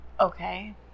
Okay